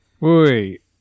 Wait